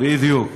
בדיוק.